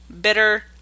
bitter